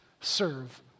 serve